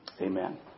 amen